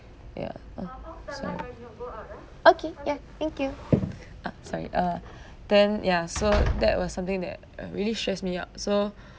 ya uh sorry okay ya thank you uh sorry uh then ya so that was something that uh really stress me up so